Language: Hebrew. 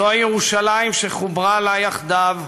זוהי ירושלים שחוברה לה יחדיו,